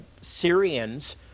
Syrians